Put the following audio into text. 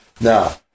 Now